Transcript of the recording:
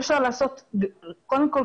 קודם כול,